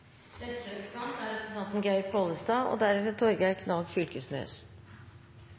det er rart at representanten Knag Fylkesnes